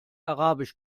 arabisch